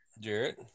Jarrett